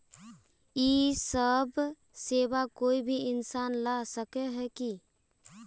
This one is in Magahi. इ सब सेवा कोई भी इंसान ला सके है की?